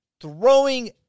throwing